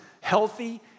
healthy